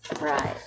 Right